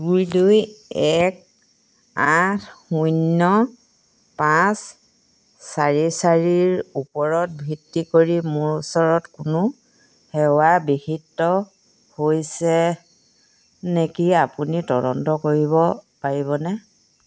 দুই দুই এক আঠ শূন্য পাঁচ চাৰি চাৰিৰ ওপৰত ভিত্তি কৰি মোৰ ওচৰত কোনো সেৱা বিঘ্নিত হৈছে নেকি আপুনি তদন্ত কৰিব পাৰিবনে